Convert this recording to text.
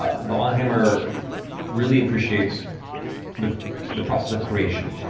the allhammer really appreciates the the process of creation,